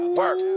work